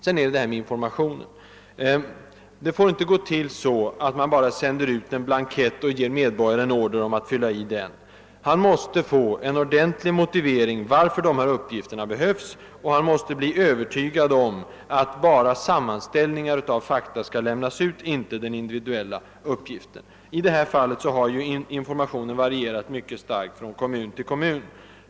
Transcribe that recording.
Sedan har vi det här med informationen. Det får inte gå till så, att man bara sänder ut en blankett och ger medborgarna order att fylla i denna. De måste få en ordentlig motivering varför uppgifterna behövs och bli övertygade om att enbart sammanställningar av fakta kommer att lämnas ut, inte individuella uppgifter. I detta fall har informationen varierat mycket starkt från kommun till kommun.